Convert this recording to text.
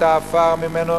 את העפר ממנו,